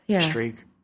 streak